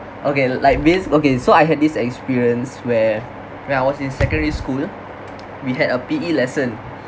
okay like this okay so I had this experience where when I was in secondary school we had a P_E lesson